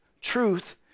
truth